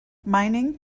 mining